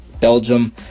belgium